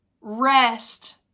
rest